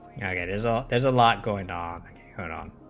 yeah yeah there's ah there's a lot going on and on